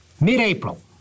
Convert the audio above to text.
Mid-April